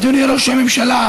אדוני ראש הממשלה,